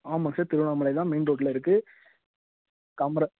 ஆமாங்க சார் திருவண்ணாமலை தான் மெயின் ரோட்டில் இருக்குது காமரா